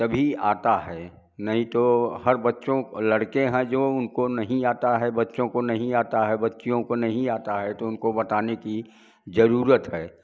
तभी आता है नहीं तो हर बच्चों लड़के हैं जो उनको नहीं आता है बच्चों को नहीं आता है बच्चियों को नहीं आता है तो उनको बताने की जरूरत है